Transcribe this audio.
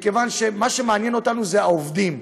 מכיוון שמה שמעניין אותנו זה העובדים,